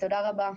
ותודה רבה.